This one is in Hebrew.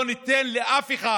לא ניתן לאף אחד,